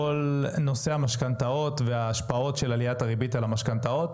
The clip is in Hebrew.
כל נושא המשכנתאות וההשפעות של עליית הריבית של המשכנתאות,